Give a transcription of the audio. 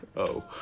oh.